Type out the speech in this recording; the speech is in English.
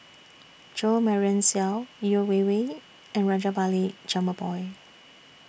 Jo Marion Seow Yeo Wei Wei and Rajabali Jumabhoy